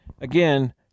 again